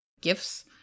gifts